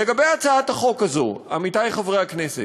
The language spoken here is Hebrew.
לגבי הצעת החוק הזאת, עמיתי חברי הכנסת,